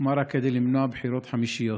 הוקמה רק כדי למנוע בחירות חמישיות.